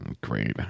great